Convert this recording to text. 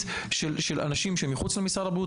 של אנשים מאוד מכובדים מחוץ למשרד הבריאות,